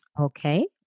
Okay